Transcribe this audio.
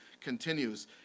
continues